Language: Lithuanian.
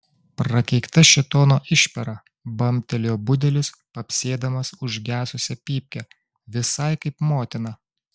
prakeikta šėtono išpera bambtelėjo budelis papsėdamas užgesusią pypkę visai kaip motina